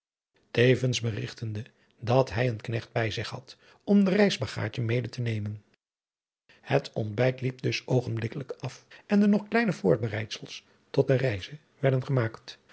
tevens berigtende dat hij een knecht bij zich had om de reis bagaadje mede te nemen het ontbijt liep dus oogenblikkelijk af en de nog kleine voorbereidsels tot de reize werden gemaakt